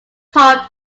puffed